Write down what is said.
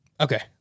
Okay